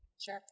Sure